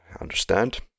understand